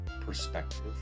perspective